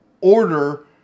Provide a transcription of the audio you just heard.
order